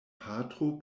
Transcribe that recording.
patro